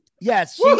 Yes